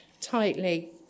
tightly